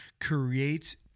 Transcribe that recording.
creates